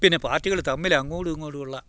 പിന്നെ പാർട്ടികൾ തമ്മിലങ്ങോട്ടുമിങ്ങോട്ടുമുള്ള